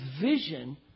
vision